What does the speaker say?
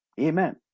Amen